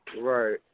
Right